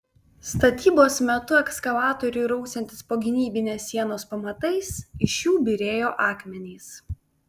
statybos metu ekskavatoriui rausiantis po gynybinės sienos pamatais iš jų byrėjo akmenys